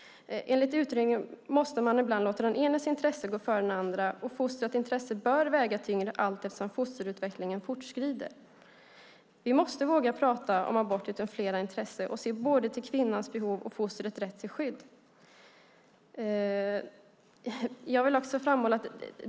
Enligt utredningen måste man ibland låta den enas intressen gå före den andras, och fostrets intressen bör väga tyngre allteftersom fosterutvecklingen fortskrider. Vi måste våga prata om abort utifrån flera intressen och se både till kvinnans behov och till fostrets rätt till skydd.